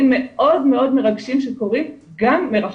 מאוד מאוד מרגשים שקורים גם מרחוק.